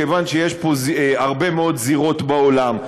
כיוון שיש פה הרבה מאוד זירות בעולם.